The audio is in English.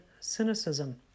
cynicism